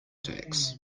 tax